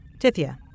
Tithia